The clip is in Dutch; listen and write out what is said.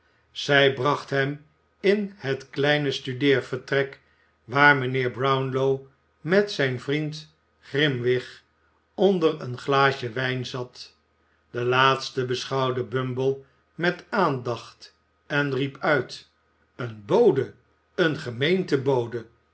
zij bracht hem in het kleine studeervertrek waar mijnheer brownlow met zijn vriend grimwig onder een glaasje wijn zat de laatste beschouwde bumble met aandacht en riep uit een bode een